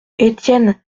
étienne